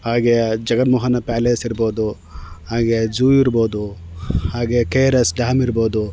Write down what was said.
ಹಾಗೆ ಜಗನ್ ಮೋಹನ ಪ್ಯಾಲೇಸ್ ಇರ್ಬೋದು ಹಾಗೆ ಜೂ ಇರ್ಬೋದು ಹಾಗೆ ಕೆ ಆರ್ ಎಸ್ ಡ್ಯಾಮ್ ಇರ್ಬೋದು